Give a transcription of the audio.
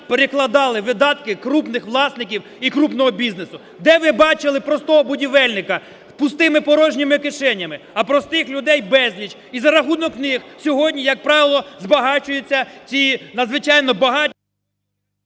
перекладали видатки крупних власників і крупного бізнесу. Де ви бачили простого будівельника з пустими, порожніми кишенями? А простих людей – безліч. І за рахунок них сьогодні, як правило, збагачуються ці надзвичайно багаті…